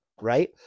right